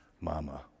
mama